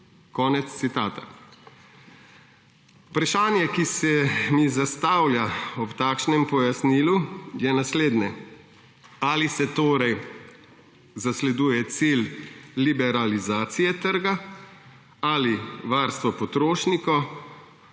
Konec citata. Vprašanje, ki se mi zastavlja ob takšnem pojasnilu, je naslednje. Ali se torej zasleduje cilj liberalizacije trga ali varstvo potrošnikov